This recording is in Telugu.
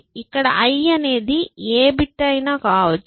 ఇక్కడ I అనేది ఏ బిట్ అయినా కావచ్చు